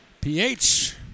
PH